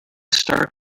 start